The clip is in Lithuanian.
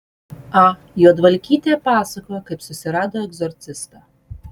a juodvalkytė pasakojo kaip susirado egzorcistą